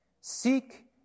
Seek